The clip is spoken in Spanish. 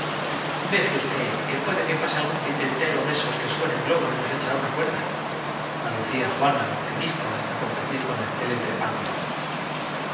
deje usted que puede que pase algún titiritero cerrando los oídos á las súplicas que las mujeres ano de esos que suben en globo y nos echará una cuerda nadadas les dirigían aducía juana optimista hasta competir con el céle